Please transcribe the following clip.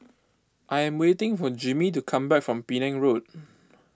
I am waiting for Jimmie to come back from Penang Road